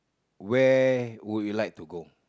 where would you like to go